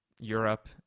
Europe